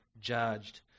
judged